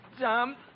dumb